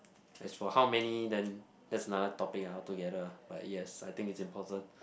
as for how many then that's another topic ah altogether ah but yes I think it's important